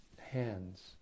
hands